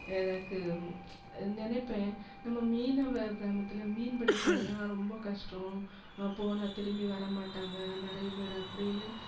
எனக்கு நினைப்பேன் நம்ம மீனவ கிராமத்தில் மீன் பிடிக்குறதுதான் ரொம்ப கஷ்டம் போனால் திரும்பி வரமாட்டாங்க நிறைய பேர் அப்படின்னு